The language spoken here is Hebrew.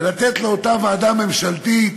ולתת לאותה ועדה ממשלתית,